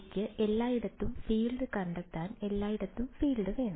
എനിക്ക് എല്ലായിടത്തും ഫീൽഡ് കണ്ടെത്താൻ എല്ലായിടത്തും ഫീൽഡ് വേണം